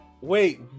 Wait